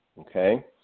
okay